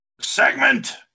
Segment